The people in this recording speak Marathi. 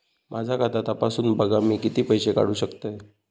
माझा खाता तपासून बघा मी किती पैशे काढू शकतय?